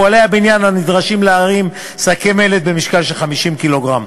פועלי הבניין הנדרשים להרים שקי מלט במשקל 50 קילוגרם.